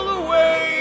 away